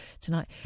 tonight